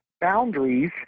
boundaries